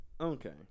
Okay